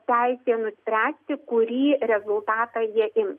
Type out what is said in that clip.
teisė nuspręsti kurį rezultatą jie ims